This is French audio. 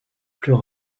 plus